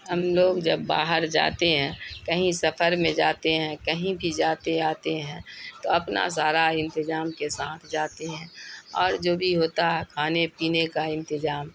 ہم لوگ جب باہر جاتے ہیں کہیں سفر میں جاتے ہیں کہیں بھی جاتے آتے ہیں تو اپنا سارا انتظام کے ساتھ جاتے ہیں اور جو بھی ہوتا ہے کھانے پینے کا انتظام